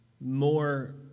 more